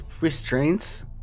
restraints